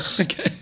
Okay